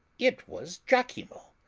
it was lachimo.